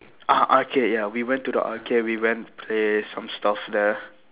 ah arcade ya we went to the arcade we went to play some stuff there